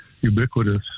ubiquitous